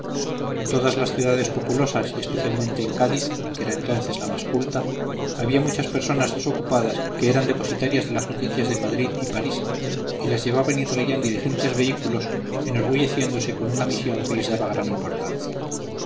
todas las ciudades populosas y especialmente en cádiz que era entonces la más culta había muchas personas desocupadas que eran depositarias de las noticias de madrid y parís y las llevaban y traían diligentes vehículos enorgulleciéndose con una misión que les daba gran importancia